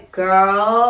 girl